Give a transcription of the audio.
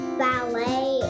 ballet